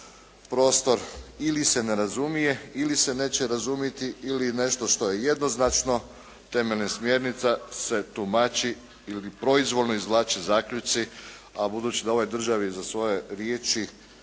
prostor ili se ne razumije ili se neće razumiti ili nešto što je jednoznačno temeljne smjernica se tumači ili proizvoljno izvlače zaključci a budući da u ovoj državi za svoje riječi